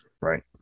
Right